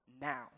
now